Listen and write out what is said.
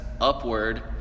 upward